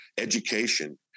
education